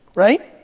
right?